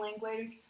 language